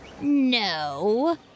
No